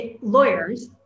lawyers